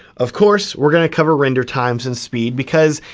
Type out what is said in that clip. of course, we're gonna cover render times and speed because,